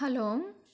hello